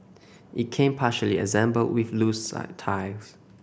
it came partially assembled with loose some tiles